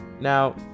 Now